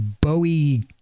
Bowie